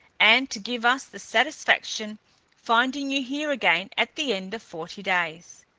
and to give us the satisfaction finding you here again at the end of forty days.